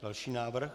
Další návrh?